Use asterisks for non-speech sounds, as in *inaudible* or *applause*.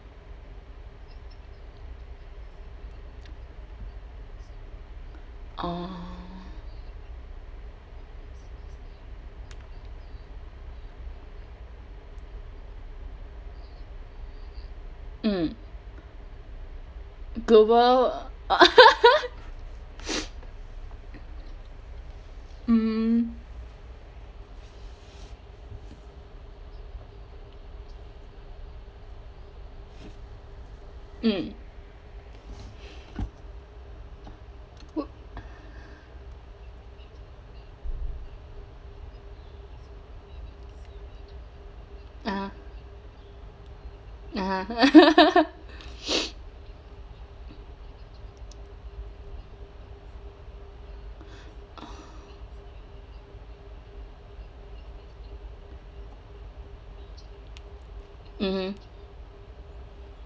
oh mm *noise* *laughs* *breath* mm mm *breath* ah (uh huh) *laughs* mmhmm